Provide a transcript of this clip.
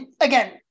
again